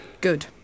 Good